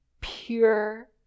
pure